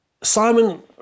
Simon